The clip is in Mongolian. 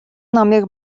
номыг